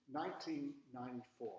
1994